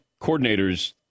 coordinators